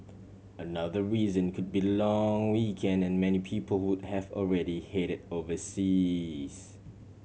another reason could be long weekend and many people would have already headed overseas